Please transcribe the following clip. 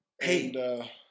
Hey